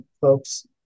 folks